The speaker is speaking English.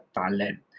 talent